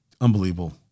Unbelievable